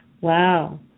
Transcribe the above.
Wow